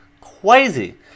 Crazy